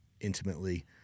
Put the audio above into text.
intimately